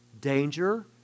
danger